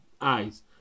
eyes